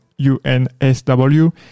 UNSW